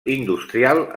industrial